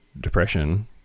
depression